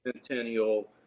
Centennial